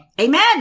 Amen